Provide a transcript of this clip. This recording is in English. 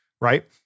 Right